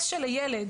האינטרס של הילד